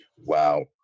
wow